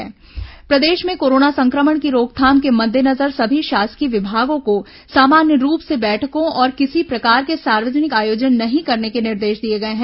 शासकीय कार्यालय वचुर्अल बैठक प्रदेश में कोरोना संक्रमण की रोकथाम के मद्देनजर सभी शासकीय विभागों को सामान्य रूप से बैठकों और किसी प्रकार के सार्वजनिक आयोजन नहीं करने के निर्देश दिए गए हैं